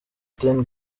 ten